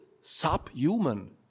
subhuman